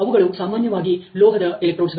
ಅವುಗಳು ಸಾಮಾನ್ಯವಾಗಿ ಲೋಹದ ಎಲೆಕ್ಟ್ರೋಡ್ಸ್'ಗಳು